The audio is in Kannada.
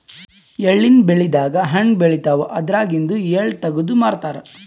ಎಳ್ಳಿನ್ ಬೆಳಿದಾಗ್ ಹಣ್ಣ್ ಬೆಳಿತಾವ್ ಅದ್ರಾಗಿಂದು ಎಳ್ಳ ತಗದು ಮಾರ್ತಾರ್